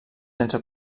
sense